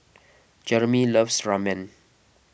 Jeremy loves Ramen